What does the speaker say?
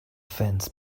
fence